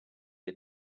had